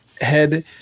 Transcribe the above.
head